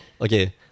okay